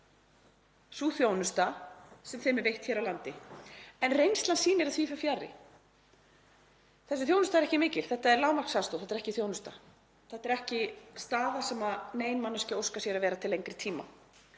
sú þjónusta sem þeim er veitt hér á landi en reynslan sýnir að því fer fjarri. Þessi þjónusta er ekki mikil. Þetta er lágmarksaðstoð, þetta er ekki þjónusta. Þetta er ekki staða sem nein manneskju óskar sér að vera í til lengri tíma,